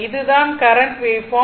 இதுதான் current waveform